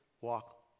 walk